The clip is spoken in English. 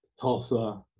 Tulsa